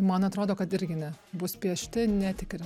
man atrodo kad irgi ne bus piešti netikri